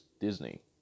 Disney